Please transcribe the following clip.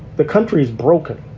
the country's broken.